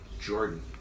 Jordan